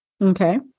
Okay